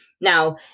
Now